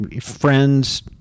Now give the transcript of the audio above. friends